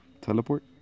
Teleport